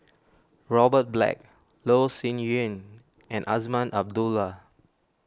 Robert Black Loh Sin Yun and Azman Abdullah